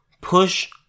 push